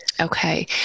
Okay